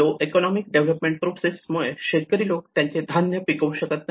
low economics development process मुळे शेतकरी लोक त्यांचे धान्य पिकवू शकत नाही